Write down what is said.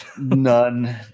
None